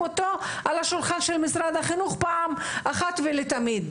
אותו על השולחן של משרד החינוך פעם אחת ולתמיד,